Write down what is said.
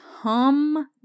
Hum